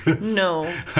No